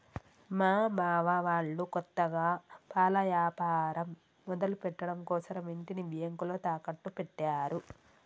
మా బావ వాళ్ళు కొత్తగా పాల యాపారం మొదలుపెట్టడం కోసరం ఇంటిని బ్యేంకులో తాకట్టు పెట్టారు